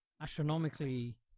astronomically